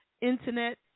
Internet